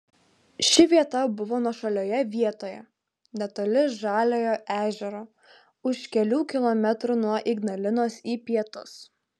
ši vieta buvo nuošalioje vietoje netoli žaliojo ežero už kelių kilometrų nuo ignalinos į pietus